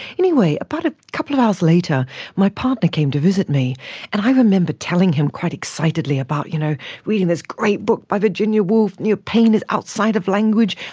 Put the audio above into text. anyway, about a couple of hours later my partner came to visit me and i remember telling him quite excitedly about you know reading this great book by virginia woolf, you know, pain is outside of language,